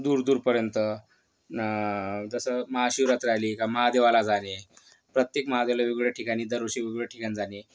दूरदूरपर्यंत जसं महाशिवरात्र आली की महादेवाला जाणे प्रत्येक महादेवाला वेगवेगळ्या ठिकाणी दरवर्षी वेगवेगळ्या ठिकाणी जाणे